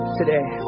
today